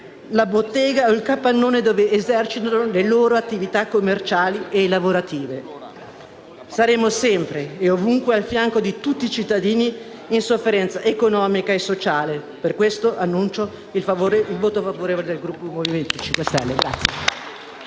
la bottega o il capannone dove esercitavano le loro attività commerciali e lavorative. Saremo sempre e ovunque al fianco di tutti i cittadini in sofferenza economica e sociale. Per questo annuncio il voto favorevole del Gruppo Movimento 5 Stelle.